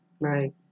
Right